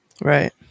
Right